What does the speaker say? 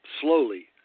slowly